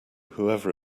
whoever